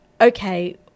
okay